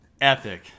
epic